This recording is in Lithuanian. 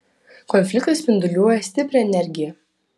konfliktas spinduliuoja stiprią energiją